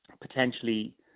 potentially